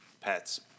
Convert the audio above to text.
pets